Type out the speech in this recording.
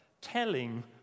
telling